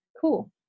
Cool